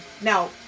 Now